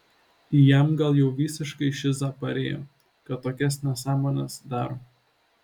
jam gal jau visiškai šiza parėjo kad tokias nesąmones daro